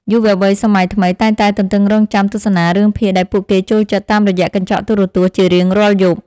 យុវវ័យសម័យថ្មីតែងតែទន្ទឹងរង់ចាំទស្សនារឿងភាគដែលពួកគេចូលចិត្តតាមរយៈកញ្ចក់ទូរទស្សន៍ជារៀងរាល់យប់។